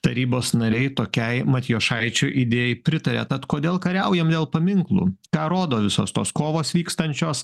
tarybos nariai tokiai matjošaičio idėjai pritarė tad kodėl kariaujam dėl paminklų ką rodo visos tos kovos vykstančios